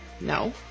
No